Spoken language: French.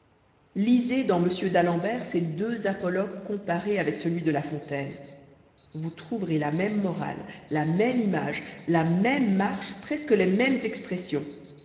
lisez dans m d'alembert l ces deux apologues comparés histoire des membres de l'académie française tomeiii io de la fable avec celui de la fontaine vous trouverez la même morale la même image la même marche presque les mêmes expressions